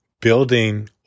building